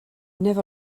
never